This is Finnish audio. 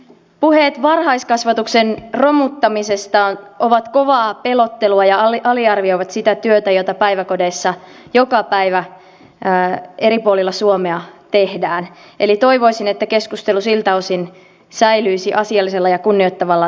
puheet varhaiskasvatuksen romuttamisesta ovat kovaa pelottelua ja aliarvioivat sitä työtä jota päiväkodeissa joka päivä eri puolilla suomea tehdään eli toivoisin että keskustelu siltä osin säilyisi asiallisella ja kunnioittavalla tasolla